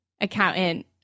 accountant